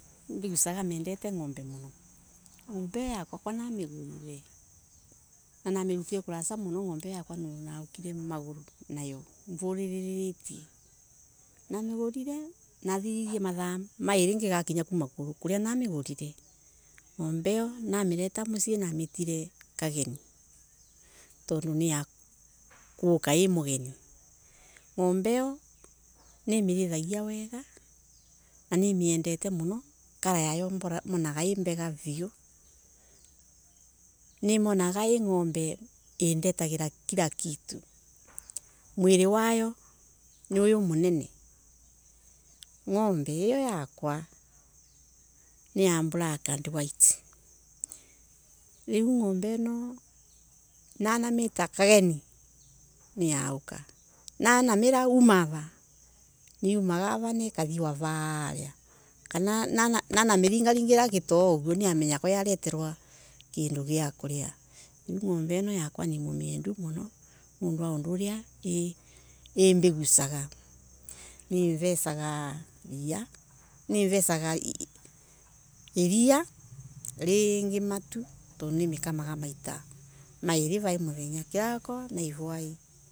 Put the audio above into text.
Mbigusaga mendete ngombe muno ngombe hio yakwa kwana migurire, na mirutire kulasa muno naukire maguro nayo namigurire nathiririe mathaa ngigakinya kuma kuria namigurire, ngombe iyonamereta mucii nametire kageni tondo ni ya guka I mugeni ngombe hio nimerethagia wega na nimiendete muno colour yoyo monaga I mbega muno nimonaga I ngombe indetagira kila kitu mwili wayo ni uyu Munene ngombe iyo yakwa ni ya black and white riu ngombe ino nanamita kageni niyaoka namira uma niyauma yumago ava “Kathie wav aria namiringira gitoo uguo ikamenya kwayaleterwa kindu gia kuria riu ngombe yakwa nimiendete muno niundu wa uria imbegusaga ni ivesaga ria, ringi mutu tondu nimekamaga maita mairi vaai muthenya.